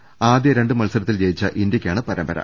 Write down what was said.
എന്നാൽ ആദ്യ രണ്ട് മത്സരത്തിൽ ജയിച്ച ഇന്ത്യ യ്ക്കാണ് പരമ്പര